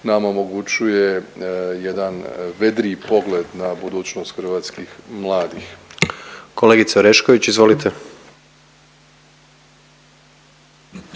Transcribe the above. nam omogućuje jedan vedriji pogled na budućnost hrvatskih mladih. **Jandroković, Gordan